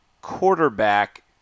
quarterback